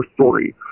story